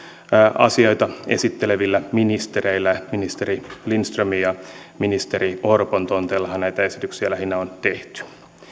asioita esittelevillä ministereillä ministeri lindströmin ja ministeri orpon tonteillahan näitä esityksiä lähinnä on tehty